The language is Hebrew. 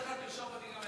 התקבלה בקריאה